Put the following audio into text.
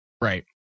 right